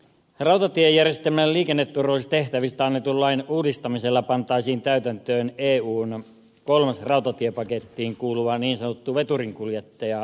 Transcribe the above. rautatiejärjestelmän liikenneturvallisuustehtävistä annetun lain uudistamisella pantaisiin täytäntöön eun iii rautatiepakettiin kuuluva niin sanottu veturinkuljettajadirektiivi